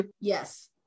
Yes